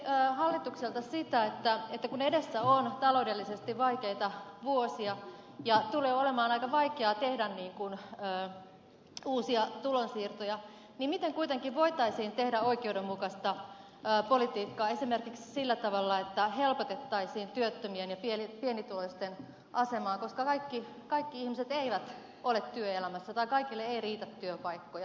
kysyisin hallitukselta sitä että kun edessä on taloudellisesti vaikeita vuosia ja tulee olemaan aika vaikeaa tehdä uusia tulonsiirtoja niin miten kuitenkin voitaisiin tehdä oikeudenmukaista politiikkaa esimerkiksi sillä tavalla että helpotettaisiin työttömien ja pienituloisten asemaa koska kaikki ihmiset eivät ole työelämässä tai kaikille ei riitä työpaikkoja